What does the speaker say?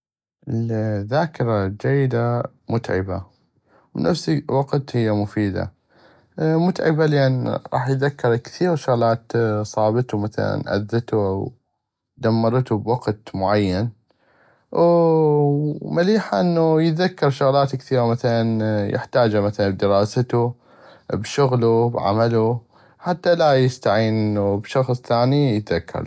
الذاكرة الجيدة متعبة نفس الوقت هيا مفيدة متعبة لان غاح يذكر كثيغ شغلات صابتو مثلا اذتو دمرتو بوقت معين ومليحة انو يذكر شغلات كثيغة مثلا يحتاجها مثلا بدراستو بشغلو بعملو حتى لا يستعين بشخص ثاني يذكر.